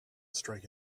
strike